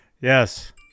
Yes